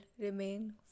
remain